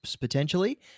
potentially